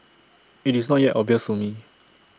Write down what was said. IT is not yet obvious to me